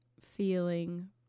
feeling